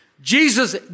Jesus